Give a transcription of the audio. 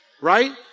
Right